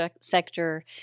sector